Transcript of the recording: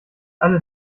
alle